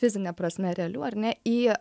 fizine prasme realių ar ne į